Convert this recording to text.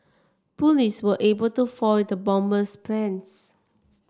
police were able to foil the bomber's plans